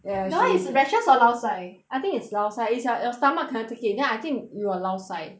ya she that [one] is rashes or lao sai I think is lao sai is like your stomach cannot take it then I think you will lao sai